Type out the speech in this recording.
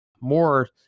more